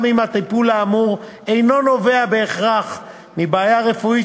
גם אם הטיפול האמור אינו נובע בהכרח מבעיה רפואית